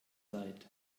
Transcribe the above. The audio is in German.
leid